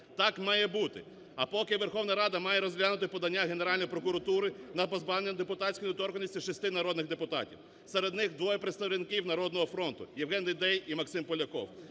так має бути. А поки Верховна Рада має розглянути подання Генеральної прокуратури на позбавлення депутатської недоторканності шести народних депутатів, серед них двоє представників "Народного фронту", Євген Дейдей і Максим Поляков.